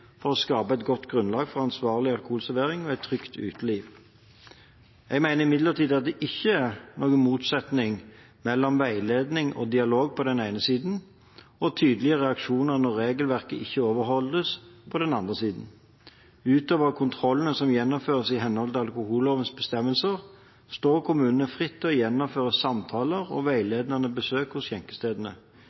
for å skape et godt grunnlag for ansvarlig alkoholservering og et trygt uteliv. Jeg mener imidlertid at det ikke er noen motsetning mellom veiledning og dialog på den ene siden, og tydelige reaksjoner når regelverket ikke overholdes, på den andre siden. Utover kontrollene som gjennomføres i henhold til alkohollovens bestemmelser, står kommunene fritt til å gjennomføre samtaler og veiledende besøk hos skjenkestedene.